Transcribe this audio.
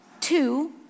Two